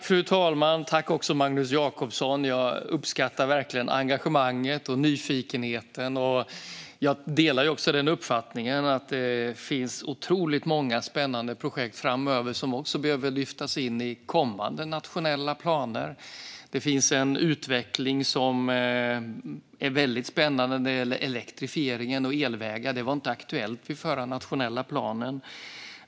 Fru talman! Jag uppskattar verkligen engagemanget och nyfikenheten hos Magnus Jacobsson. Jag delar också uppfattningen att det finns otroligt många spännande projekt framöver som också behöver lyftas in i kommande nationella planer. Det finns en utveckling som är spännande när det gäller elektrifieringen och elvägar. Det var inte aktuellt vid den förra nationella planen.